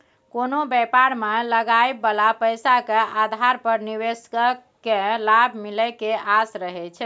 कोनो व्यापार मे लगाबइ बला पैसा के आधार पर निवेशक केँ लाभ मिले के आस रहइ छै